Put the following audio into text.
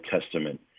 Testament